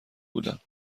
بودم